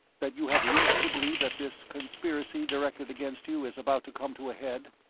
that you have reason to believe that this conspiracy directed against you is about to come to a head?